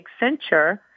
Accenture